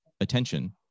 attention